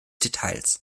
details